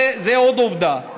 זאת עוד עובדה.